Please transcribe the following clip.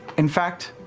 in fact,